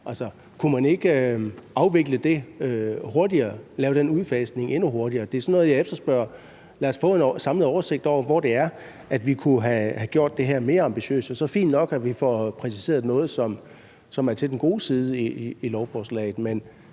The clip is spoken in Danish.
er sådan noget, jeg efterspørger. Lad os få en samlet oversigt over, hvor det er, vi kunne have gjort det her mere ambitiøst. Og så er det fint nok, at vi får præciseret noget, som er til den gode side i lovforslaget,